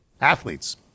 Athletes